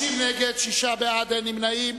60 נגד, שישה בעד, אין נמנעים.